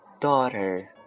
Daughter